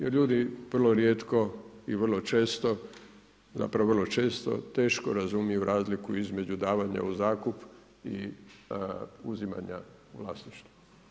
Jer ljudi vrlo rijetko i vrlo često, zapravo vrlo često, teško razumiju razliku između davanja u zakup i uzimanja vlasništva.